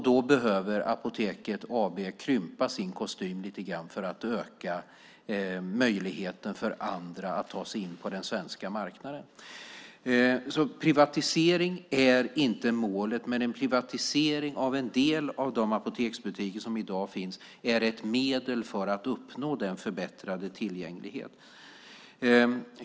Då behöver Apoteket AB krympa sin kostym lite för att öka möjligheten för andra att ta sig in på den svenska marknaden. Privatisering är alltså inte målet, men en privatisering av en del av de apoteksbutiker som i dag finns är ett medel för att uppnå förbättrad tillgänglighet.